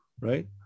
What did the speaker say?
right